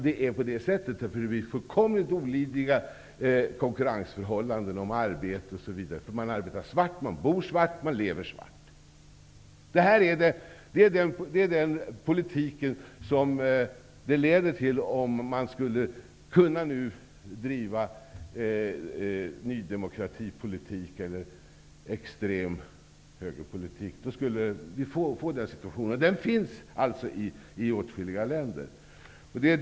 Det leder till helt olidliga konkurrensförhållanden när det gäller arbete osv. Människor som illegalt vistas i ett land arbetar svart, bor svart och lever svart. Vi skulle få en sådan situation om man skulle kunna driva Ny demokratis politik eller extrem högerpolitik. Den situationen finns i åtskilliga länder.